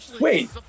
Wait